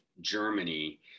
Germany